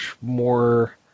more